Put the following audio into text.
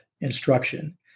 instruction